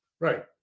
Right